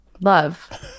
Love